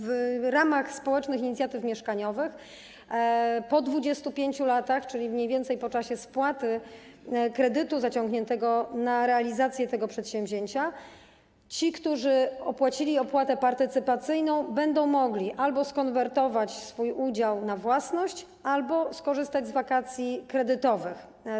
W ramach społecznych inicjatyw mieszkaniowych pod 25 latach, czyli mniej więcej po czasie spłaty kredytu zaciągniętego na realizację tego przedsięwzięcia, ci, którzy wnieśli opłatę partycypacyjną, będą mogli skonwertować swój udział na własność albo skorzystać z wakacji kredytowych.